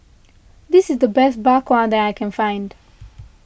this is the best Bak Kwa that I can find